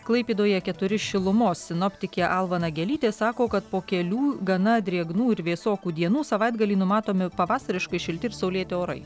klaipėdoje keturi šilumos sinoptikė alva nagelytė sako kad po kelių gana drėgnų ir vėsokų dienų savaitgalį numatomi pavasariškai šilti ir saulėti orai